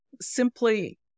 simply